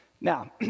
Now